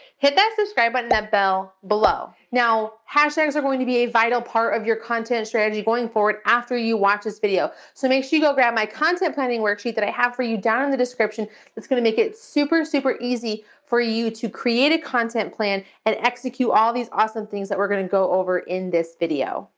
hit that subscribe button and but that bell below. now, hashtags are going to be a vital part of your content strategy going forward after you watch this video. so make sure you go grab my content planning worksheet that i have for you down in the description that's gonna make it super, super easy for you to create a content plan and execute all of these awesome things that we're gonna go over in this video.